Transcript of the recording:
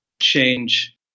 change